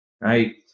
Right